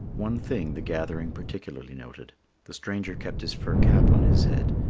one thing the gathering particularly noted the stranger kept his fur cap on his head,